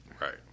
Right